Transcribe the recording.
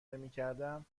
نمیکردم